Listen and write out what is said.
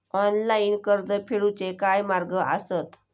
Online कर्ज फेडूचे काय मार्ग आसत काय?